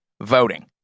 voting